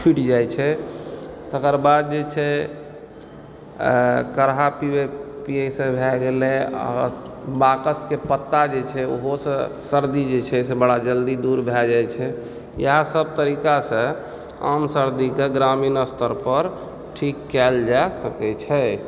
छुटि जाइ छै तकरबाद जे छै काढ़ा पिएसँ भए गेलय आ बाकसके पत्ता जे छै ओहोसँ सर्दी जे छै से बड़ा जल्दी दूर भए जाइछै इएहसभ तरीकासँ आम सर्दीके ग्रामीण स्तर पर ठीक कयल जा सकैत छै